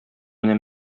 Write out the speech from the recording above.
менә